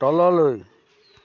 তললৈ